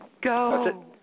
Go